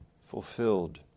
fulfilled